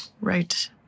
Right